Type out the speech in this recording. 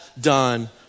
done